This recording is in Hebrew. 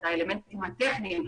את האלמנטים הטכניים,